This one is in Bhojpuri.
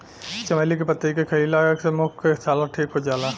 चमेली के पतइ के खईला से मुंह के छाला ठीक हो जाला